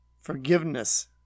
forgiveness